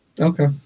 Okay